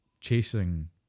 chasing